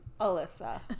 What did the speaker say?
Alyssa